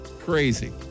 Crazy